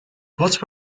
what